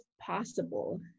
possible